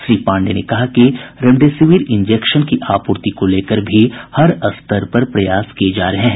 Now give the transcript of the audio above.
श्री पांडेय ने कहा कि रेमडेसिविर इंजेक्शन की आपूर्ति को लेकर भी हर स्तर पर प्रयास किये जा रहे हैं